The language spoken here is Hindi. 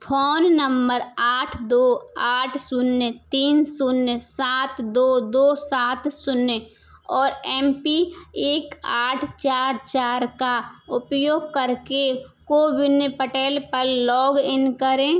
फोन नम्मर आठ दो आठ शून्य तीन शून्य सात दो दो सात शून्य और एम पी एक आठ चार चार का उपयोग करके कोविन पटेल पर लॉगइन करें